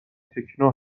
تکنو